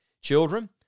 Children